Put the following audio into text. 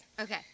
Okay